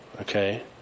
Okay